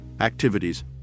activities